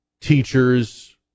teachers